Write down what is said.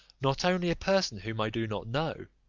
not only a person whom i do not know,